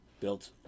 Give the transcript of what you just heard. built